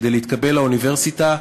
כדי להתקבל לאוניברסיטה,